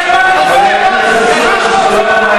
סילבן שלום,